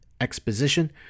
exposition